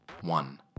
one